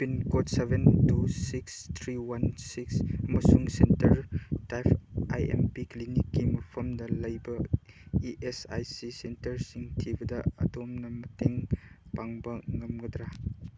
pin code seven two six three one six ꯑꯃꯁꯨꯡ centre type I M P ꯀ꯭ꯂꯤꯅꯤꯛꯀꯤ ꯃꯐꯝꯗ ꯂꯩꯕ E S I C ꯁꯦꯟꯇꯔꯁꯤꯡ ꯊꯤꯕꯗ ꯑꯗꯣꯝꯅ ꯃꯇꯦꯡ ꯄꯥꯡꯕ ꯉꯝꯒꯗ꯭ꯔꯥ